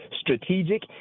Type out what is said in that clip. strategic